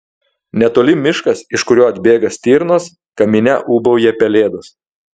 netoli miškas iš kurio atbėga stirnos kamine ūbauja pelėdos